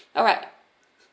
alright